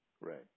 Right